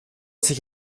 sich